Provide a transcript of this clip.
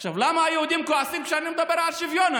עכשיו, למה היהודים כועסים כשאני מדבר על שוויון?